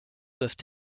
doivent